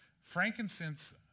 Frankincense